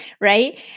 right